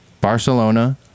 Barcelona